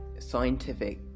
Scientific